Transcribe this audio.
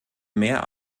mehr